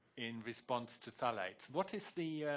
in response to phthalates. what is the